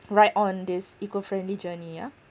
ride on this eco friendly journey yeah